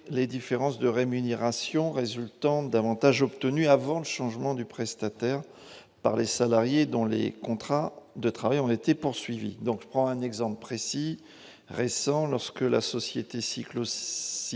les différences de rémunérations résultant d'avantages obtenus avant le changement du prestataire par les salariés dont les contrats de travail, on était poursuivi, donc je prends un exemple précis récent lorsque la société Cyclocity